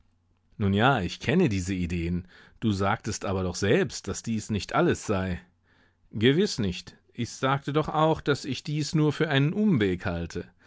nun ja ich kenne diese ideen du sagtest aber doch selbst daß dies nicht alles sei gewiß nicht ich sagte doch auch daß ich dies nur für einen umweg halte